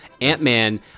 Ant-Man